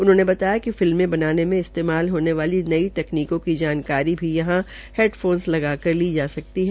उन्होंने बताया कि फिल्मे बनाने में इस्तेमाल होने वाली नई तकनीकों की जानकारी भी यहां हेडफोन लगाकर ली जा सकती है